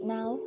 Now